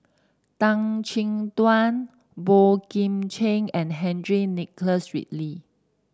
Tan Chin Tuan Boey Kim Cheng and Henry Nicholas Ridley